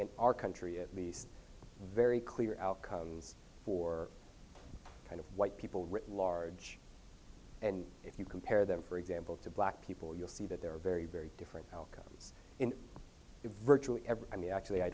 in our country at least very clear outcomes for kind of white people written large and if you compare them for example to black people you'll see that there are very very different outcomes in virtually every i mean actually i